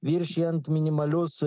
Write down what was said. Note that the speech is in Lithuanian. viršijant minimalius